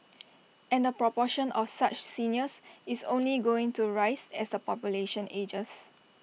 and the proportion of such seniors is only going to rise as the population ages